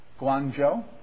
Guangzhou